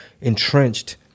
entrenched